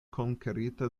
konkerita